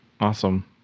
Awesome